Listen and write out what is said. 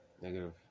negative